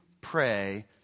pray